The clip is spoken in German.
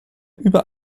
über